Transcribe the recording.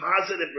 positive